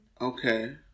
Okay